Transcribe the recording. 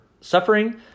suffering